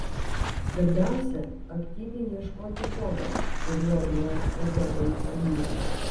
svarbiausia aktyviai ieškoti kodo kuriuo yra užkoduota informacija